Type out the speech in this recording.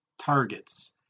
targets